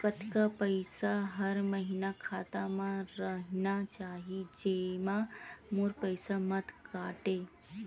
कतका पईसा हर महीना खाता मा रहिना चाही जेमा मोर पईसा मत काटे?